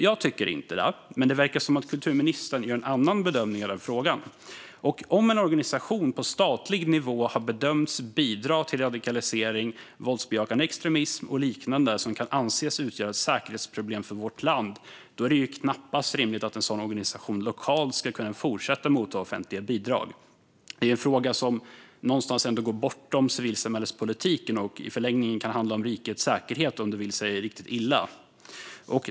Jag tycker inte det, men det verkar som om kulturministern gör en annan bedömning i den frågan. Om en organisation på statlig nivå har bedömts bidra till radikalisering, våldsbejakande extremism och liknande som kan anses utgöra ett säkerhetsproblem för vårt land är det knappast rimligt att den lokalt ska kunna fortsätta ta emot offentliga bidrag. Det är en fråga som går bortom civilsamhällespolitiken och i förlängningen kan handla om rikets säkerhet, om det vill sig illa.